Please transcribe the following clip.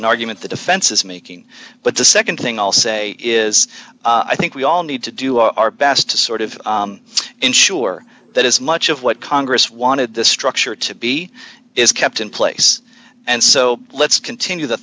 an argument the defense is making but the nd thing i'll say is i think we all need to do our best to sort of ensure that as much of what congress wanted the structure to be is kept in place and so let's continue the